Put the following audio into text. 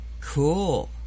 cool